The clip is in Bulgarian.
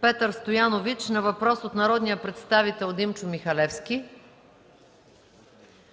Петър Стоянович на въпрос от народния представител Димчо Михалевски;